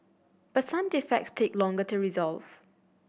but some defects take longer to resolve